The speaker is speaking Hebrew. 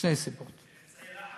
שתי סיבות, זה אמצעי לחץ?